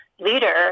leader